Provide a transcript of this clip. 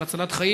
של הצלת חיים,